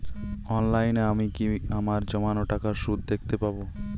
অনলাইনে আমি কি আমার জমানো টাকার সুদ দেখতে পবো?